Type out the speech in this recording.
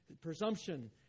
presumption